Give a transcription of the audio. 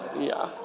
yeah